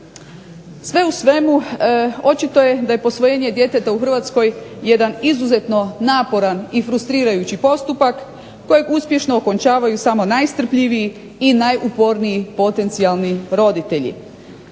Sve u svemu očito je da je posvojenje djeteta u Hrvatskoj jedan izuzetno naporan i frustrirajući postupak koji uspješno okončavaju najstrpljiviji i najuporniji potencijalni roditelji.